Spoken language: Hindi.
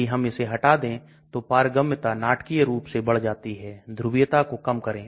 बेशक अम्ल में O H O और H मिलेगा तो यह हाइड्रोजन बॉन्ड डोनर नहीं है कृपया याद रखें